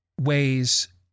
ways